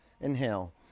Inhale